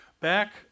back